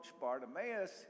Bartimaeus